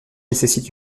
nécessite